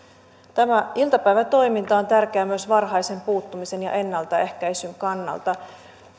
tämä iltapäivätoiminta on tärkeä myös varhaisen puuttumisen ja ennaltaehkäisyn kannalta